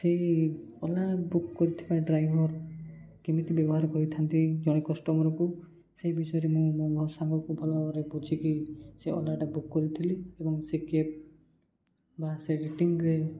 ସେ ଓଲା ବୁକ୍ କରିଥିବା ଡ୍ରାଇଭର କେମିତି ବ୍ୟବହାର କରିଥାନ୍ତି ଜଣେ କଷ୍ଟମରକୁ ସେଇ ବିଷୟରେ ମୁଁ ମୋ ସାଙ୍ଗଠୁ ଭଲ ଭାବରେ ବୁଝିକି ସେ ଓଲାଟା ବୁକ୍ କରିଥିଲି ଏବଂ ସେ କ୍ୟାବ ବା ସେ ରେଟିଙ୍ଗରେ